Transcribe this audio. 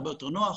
הרבה יותר נוח,